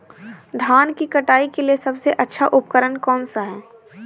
धान की कटाई के लिए सबसे अच्छा उपकरण कौन सा है?